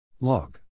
Log